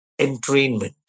entrainment